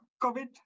COVID